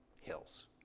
Hills